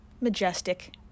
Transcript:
majestic